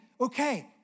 okay